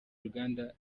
uruganda